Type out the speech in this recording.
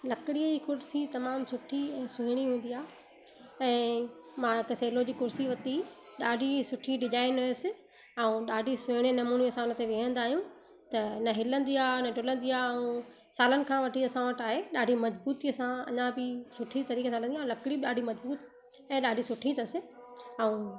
लकिड़ीअ जी कुर्सी तमामु सुठी ऐं सुहिणी हूंदी आहे ऐं मां हिकु सैलो जी कुर्सी वरिती ॾाढी सुठी डिजाइन हुयसि ऐं ॾाढी सुहिणे नमूने असां हुन ते वेहंदा आहियूं त न हिलंदी आहे न डुलंदी आहे ऐं सालनि खां वठी असां वटि आहे ॾाढी मजबूती सां अञा बि सुठी तरीक़े सां हले थी ऐं लकिड़ी बि ॾाढी मज़बूत ऐं ॾाढी सुठी अथस ऐं